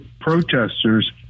protesters